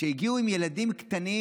שהגיעו עם ילדים קטנים.